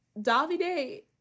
Davide